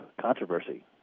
controversy